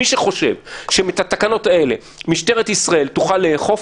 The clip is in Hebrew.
מי שחושב שאת התקנות האלה משטרת ישראל תוכל לאכוף,